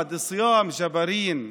אחמד סיאם ג'בארין ממועאוויה,